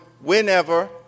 whenever